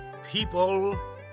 People